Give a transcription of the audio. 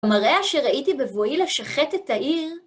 במראה אשר ראיתי בבואי לשחט את העיר,